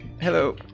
Hello